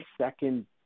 second